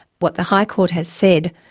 what the high court has said,